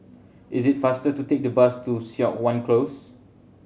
is it faster to take the bus to Siok Wan Close